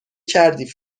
کردی